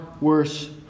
worse